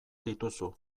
dituzu